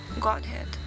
Godhead